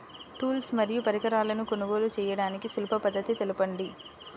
Tools మరియు పరికరాలను కొనుగోలు చేయడానికి సులభ పద్దతి తెలపండి?